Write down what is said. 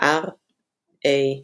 R a b